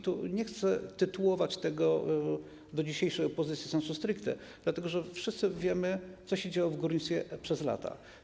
Tu nie chcę tytułować tego do dzisiejszej opozycji sensu stricto, dlatego że wszyscy wiemy, co się działo w górnictwie przez lata.